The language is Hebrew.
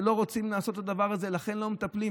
לא רוצים לעשות את הדבר הזה ולכן לא מטפלים.